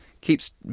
keeps